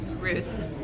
Ruth